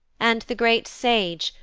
and the great sage,